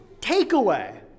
takeaway